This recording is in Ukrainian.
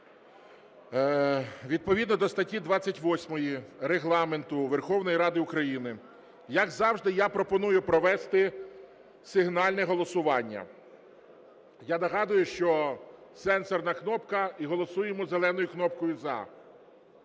відповідно до статті 28 Регламенту Верховної Ради України, як завжди, я пропоную провести сигнальне голосування. Я нагадую, що сенсорна кнопка і голосуємо зеленою кнопкою "За".